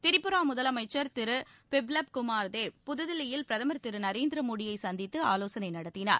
திரிபுரா முதலமைச்சர் திரு பிப்லப் குமார் தேவ் புதுதில்லியில் பிரதமர் திரு நரேந்திர மோடியை சந்தித்து ஆலோசனை நடத்தினார்